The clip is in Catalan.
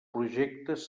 projectes